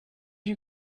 you